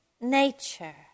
nature